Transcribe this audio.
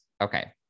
Okay